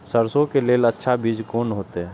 सरसों के लेल अच्छा बीज कोन होते?